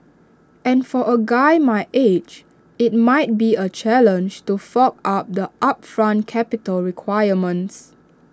and for A guy my age IT might be A challenge to fork out the upfront capital requirements